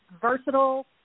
versatile